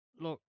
Look